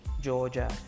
Georgia